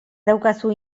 daukazu